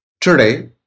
Today